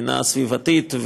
מבחינה סביבתית,